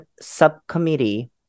subcommittee